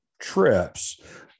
trips